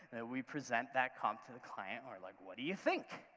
we present that comp to the client, we're like what do you think?